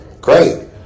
Great